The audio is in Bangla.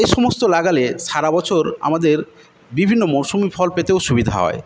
এসমস্ত লাগালে সারাবছর আমাদের বিভিন্ন মরসুমি ফল পেতেও সুবিধা হয়